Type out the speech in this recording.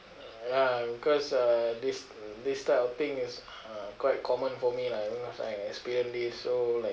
ya because uh this this type of thing is uh quite common for me lah you know I experienced it so like